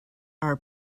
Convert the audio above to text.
are